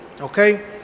Okay